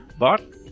but,